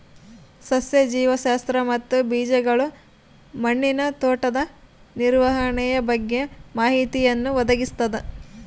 ಸಸ್ಯ ಜೀವಶಾಸ್ತ್ರ ಮತ್ತು ಬೀಜಗಳು ಹಣ್ಣಿನ ತೋಟದ ನಿರ್ವಹಣೆಯ ಬಗ್ಗೆ ಮಾಹಿತಿಯನ್ನು ಒದಗಿಸ್ತದ